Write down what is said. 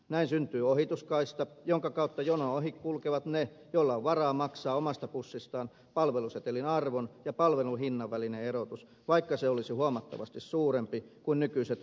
näin syntyy ohituskaista jonka kautta jonon ohi kulkevat ne joilla on varaa maksaa omasta pussistaan palvelusetelin arvon ja palvelun hinnan välinen erotus vaikka se olisi huomattavasti suurempi kuin nykyiset korotetut asiakasmaksut